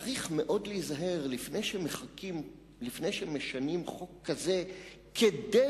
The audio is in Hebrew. צריך מאוד להיזהר לפני שמשנים חוק כזה כדי